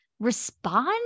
Respond